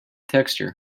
texture